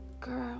girl